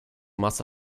masse